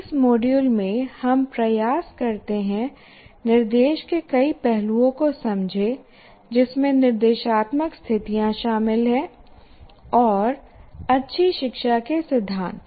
इस मॉड्यूल में हम प्रयास करते हैं निर्देश के कई पहलुओं को समझें जिसमें निर्देशात्मक स्थितियां शामिल हैं और अच्छी शिक्षा के सिद्धांत